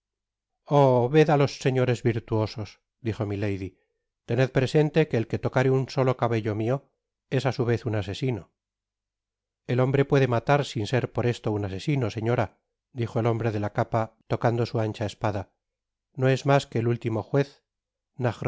ved á los señores virtuosos dijo milady tened presente que el que tocare un solo cabello mio es á su vez un asesino el hombre puede matar sin ser por esto un asesino señora dijo el hombre de la capa tocando su ancha espada no es mas que el último juez